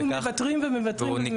אנחנו מוותרים ומוותרים ומוותרים.